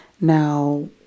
now